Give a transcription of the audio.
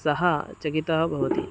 सः चकिता भवति